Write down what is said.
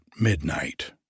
midnight